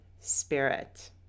spirit